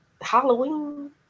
halloween